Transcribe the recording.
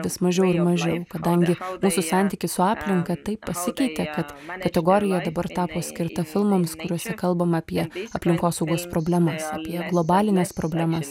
vis mažiau mažiau kadangi mūsų santykis su aplinka taip pasikeitė kad kategorija dabar tapo skirta filmams kuriuose kalbama apie aplinkosaugos problemas apie globalines problemas